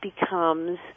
becomes